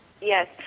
Yes